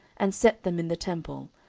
and set them in the temple,